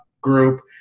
group